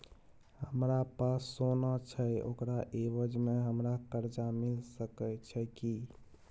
हमरा पास सोना छै ओकरा एवज में हमरा कर्जा मिल सके छै की?